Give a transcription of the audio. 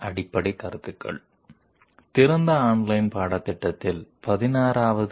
కాబట్టి ఈసారి పూర్తిగా కొత్త టాపిక్ 3డి మ్యాచింగ్ బేసిక్ కాన్సెప్ట్లతో డీల్ చేయబోతున్నాం